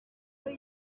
muri